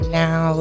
now